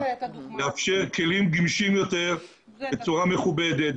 לאפשר כלים גמישים יותר בצורה מכובדת,